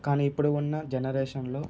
కానీ ఇప్పుడున్న జెనరేషన్లో